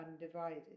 undivided